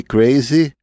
Crazy